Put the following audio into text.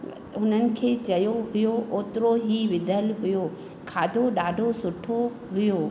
उन्हनि खे चयो हुयो ओतिरो ई विधल हुयो खाधो ॾाढो सुठो हुयो